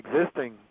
existing